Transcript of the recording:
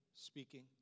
speaking